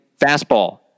Fastball